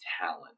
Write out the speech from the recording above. talent